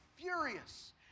furious